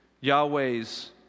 Yahweh's